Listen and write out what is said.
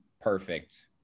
perfect